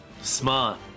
Smart